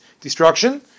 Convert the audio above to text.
destruction